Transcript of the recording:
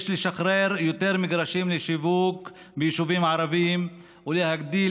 יש לשחרר יותר מגרשים לשיווק ביישובים הערביים ולהגדיל